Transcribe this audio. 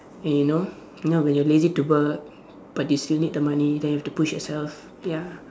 and you know you know when you're lazy to work but you still need the money then you have to push yourself ya